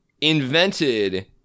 Invented